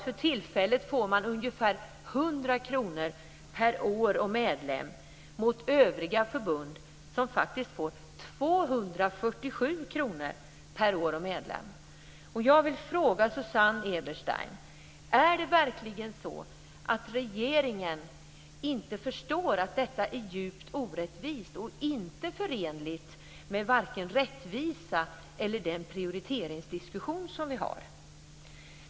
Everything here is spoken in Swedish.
För tillfället får man nämligen ungefär 100 kr per år och medlem, medan övriga förbund faktiskt får 247 kr per år och medlem. Jag vill fråga Susanne Eberstein: Är det verkligen så att regeringen inte förstår att detta är djupt orättvist och inte förenligt med vare sig rättvisa eller den prioriteringsdiskussion som förs?